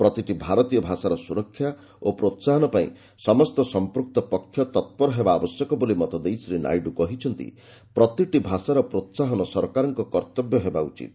ପ୍ରତିଟି ଭାରତୀୟ ଭାଷାର ସୁରକ୍ଷା ଓ ପ୍ରୋହାହନ ପାଇଁ ସମସ୍ତ ସମ୍ପୁକ୍ତ ପକ୍ଷ ତତ୍ପର ହେବା ଆବଶ୍ୟକ ବୋଲି ମତଦେଇ ଶ୍ରୀ ନାଇଡୁ କହିଛନ୍ତି ପ୍ରତିଟି ଭାଷାର ପ୍ରୋହାହନ ସରକାରଙ୍କର କର୍ତ୍ତବ୍ୟ ହେବା ଉଚିତ